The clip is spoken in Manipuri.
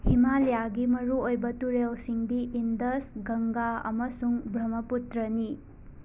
ꯍꯤꯃꯥꯂꯌꯥꯒꯤ ꯃꯔꯨꯑꯣꯏꯕ ꯇꯨꯔꯦꯜꯁꯤꯡꯗꯤ ꯏꯟꯗꯁ ꯒꯪꯒꯥ ꯑꯃꯁꯨꯡ ꯕ꯭ꯔꯍꯃꯄꯨꯇ꯭ꯔꯅꯤ